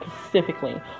specifically